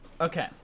Okay